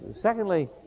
secondly